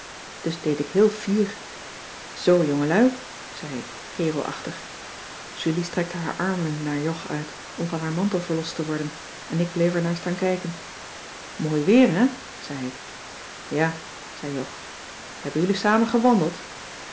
dus deed ik heel fier zoo jongelui zei ik kerelachtig julie strekte haar armen naar jog uit om van haar mantel verlost te worden en ik bleef er naar staan kijken mooi weer hè zei ik ja zei jog hebben jullie samen gewandeld